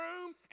room